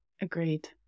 agreed